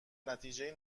نتیجهای